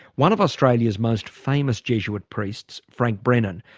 one of australia's most famous jesuit priests, frank brennan,